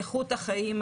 איכות החיים,